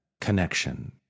connection